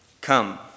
Come